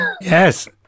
yes